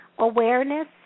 Awareness